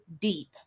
deep